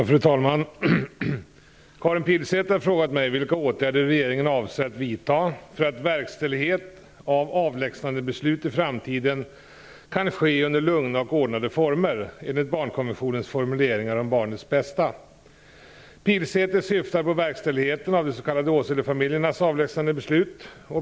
Fru talman! Karin Pilsäter har frågat mig vilka åtgärder regeringen avser att vidta för att verkställighet av avlägsnandebeslut i framtiden kan ske under lugna och ordnade former, enligt barnkonventionens formuleringar om barnets bästa. Pilsäter syftar på verkställigheten av de s.k. Åselefamiljernas avlägsnandebeslut.